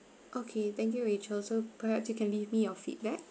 okay thank you rachel so perhaps you can leave me your feedback